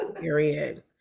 period